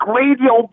radio